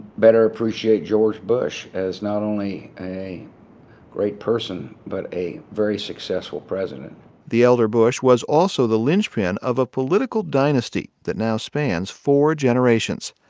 better appreciate george bush as not only a great person but a very successful president the elder bush was also the lynchpin of a political dynasty that now spans four generations.